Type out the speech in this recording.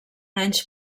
anys